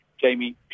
Jamie